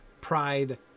Pride